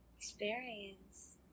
experience